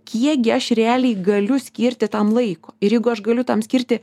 kiek gi aš realiai galiu skirti tam laiko ir jeigu aš galiu tam skirti